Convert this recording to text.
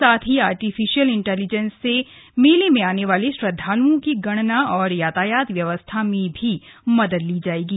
साथ ही artificial intelligence से मेले में आने वाले श्रद्वाल्ओं की गणना और यातायात व्यवस्था में भी मदद ली जाएगी